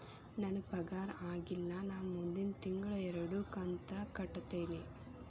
ನನ್ನ ಪಗಾರ ಆಗಿಲ್ಲ ನಾ ಮುಂದಿನ ತಿಂಗಳ ಎರಡು ಕಂತ್ ಕಟ್ಟತೇನಿ